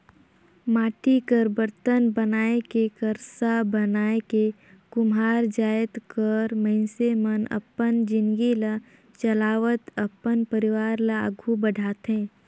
माटी कर बरतन बनाए के करसा बनाए के कुम्हार जाएत कर मइनसे मन अपन जिनगी ल चलावत अपन परिवार ल आघु बढ़ाथे